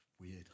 weird